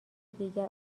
دیگر